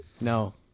No